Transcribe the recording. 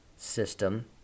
System